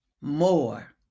more